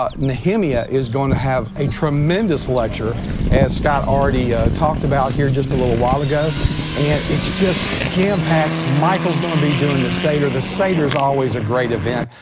ah nehemiah is going to have a tremendous lecture as scott already talked about here just a little while ago and it's just jam packed. michael's gonna be doing the seder. the seder is always a great event.